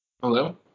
Hello